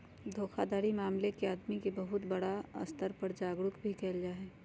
धोखाधड़ी मामला में आदमी के बहुत बड़ा स्तर पर जागरूक भी कइल जाहई